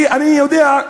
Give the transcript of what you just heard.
ואני יודע,